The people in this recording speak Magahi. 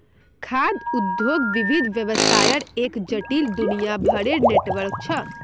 खाद्य उद्योग विविध व्यवसायर एक जटिल, दुनियाभरेर नेटवर्क छ